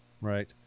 right